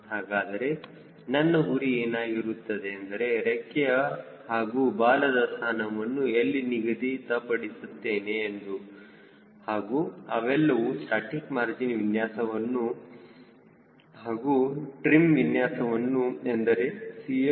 ಹಾಗಾದರೆ ನನ್ನ ಗುರಿ ಏನಾಗಿರುತ್ತದೆ ಎಂದರೆ ರೆಕ್ಕೆಯ ಹಾಗೂ ಬಾಲದ ಸ್ಥಾನವನ್ನು ಎಲ್ಲಿ ನಿಗದಿತ ಪಡಿಸುತ್ತೇನೆ ಎಂದು ಹಾಗೂ ಅವೆಲ್ಲವೂ ಸ್ಟಾಸ್ಟಿಕ್ ಮಾರ್ಜಿನ್ ವಿನ್ಯಾಸವನ್ನು ಹಾಗೂ ಟ್ರಿಮ್ ವಿನ್ಯಾಸವನ್ನು ಎಂದರೆ CLtrim ಹೊಂದಿರುತ್ತವೆ